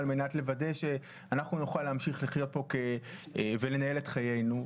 על מנת לוודא שאנחנו נוכל להמשיך לחיות פה ולנהל את חיינו.